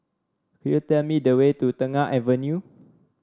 could you tell me the way to Tengah Avenue